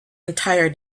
entire